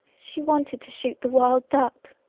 she wanted to shoot the wild duck.